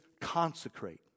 consecrate